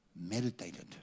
meditated